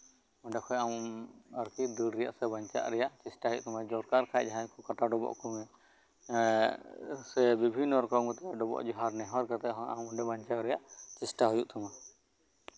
ᱚᱸᱰᱮ ᱠᱷᱚᱱ ᱟᱢ ᱫᱟᱹᱲ ᱨᱮᱭᱟᱜ ᱥᱮ ᱵᱟᱧᱪᱟᱜ ᱨᱮᱭᱟᱜ ᱪᱮᱥᱴᱟᱭ ᱡᱮ ᱚᱱᱠᱟ ᱞᱮᱠᱟᱡ ᱡᱟᱦᱟᱸᱭ ᱠᱚ ᱠᱟᱴᱟ ᱰᱚᱵᱚᱜ ᱟᱠᱚ ᱢᱮ ᱥᱮ ᱵᱤᱵᱷᱤᱱᱱᱚ ᱨᱚᱠᱚᱢ ᱰᱚᱵᱚᱜ ᱡᱚᱦᱟᱨ ᱠᱟᱛᱮ ᱨᱮᱦᱚᱸ ᱟᱢ ᱚᱸᱰᱮ ᱠᱷᱚᱱ ᱵᱟᱧᱪᱟᱜ ᱦᱩᱭᱩᱜ ᱛᱟᱢᱟ